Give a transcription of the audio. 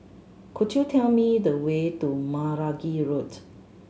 could you tell me the way to Meragi Road